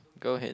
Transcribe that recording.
go ahead